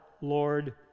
Lord